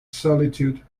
solitude